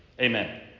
Amen